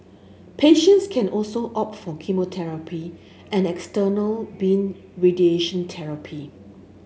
patients can